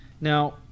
now